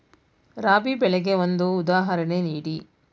ರಾಬಿ ಬೆಳೆಗೆ ಒಂದು ಉದಾಹರಣೆ ನೀಡಿ